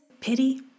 pity